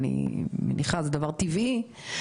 זה דבר טבעי,